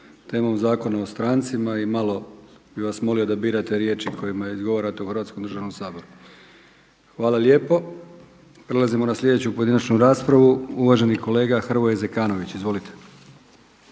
Hrvoje Zekanović. Izvolite.